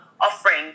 offering